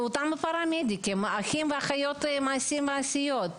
אותם פרמדיקים, אחים ואחיות מעשיים, מעשיות.